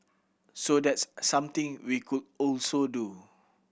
so that's something we could also do